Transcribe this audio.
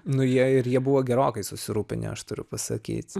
nu jie ir jie buvo gerokai susirūpinę aš turiu pasakyt